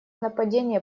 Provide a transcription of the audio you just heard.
нападение